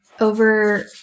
over